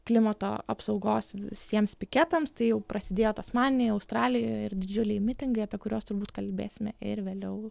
klimato apsaugos visiems piketams tai jau prasidėjo tasmanijoje australijoje ir didžiuliai mitingai apie kuriuos turbūt kalbėsime ir vėliau